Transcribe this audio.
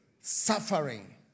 Suffering